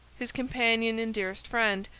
his companion and dearest friend,